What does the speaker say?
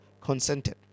consented